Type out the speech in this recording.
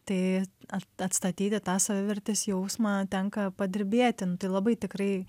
tai at atstatyti tą savivertės jausmą tenka padirbėti nu tai labai tikrai